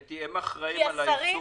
קטי, הם אחראים גם על היישום.